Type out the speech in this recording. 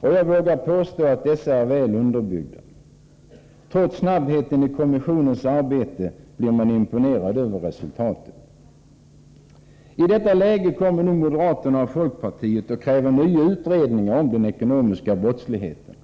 och jag vågar påstå att dessa är väl underbyggda. Trots snabbheten i kommissionens arbete blir man imponerad över resultatet. I detta läge kommer nu moderaterna och folkpartiet och kräver nya utredningar om den ekonomiska brottsligheten.